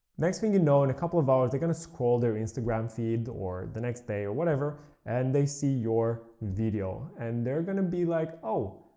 next thing you know in a couple of hours, they are going to scroll their instagram feed or the next day, or whatever and they see your video and they're going to be like, oh,